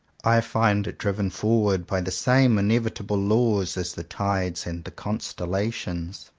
i find it driven forward by the same in evitable laws as the tides and the con stellations.